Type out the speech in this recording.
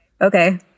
okay